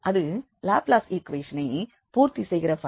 அது லாப்ளாஸ் ஈக்குவேஷனை பூர்த்தி செய்கிற பங்க்ஷன் uxy